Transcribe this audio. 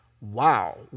wow